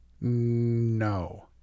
No